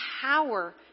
power